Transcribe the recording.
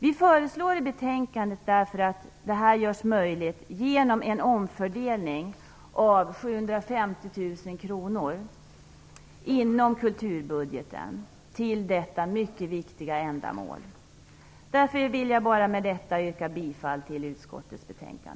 Vi föreslår därför i betänkandet att det här skall göras möjligt genom en omfördelning av 750 000 kr inom kulturbudgeten till detta mycket viktiga ändamål. Med det anförda vill jag yrka bifall till utskottets hemställan.